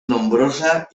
nombrosa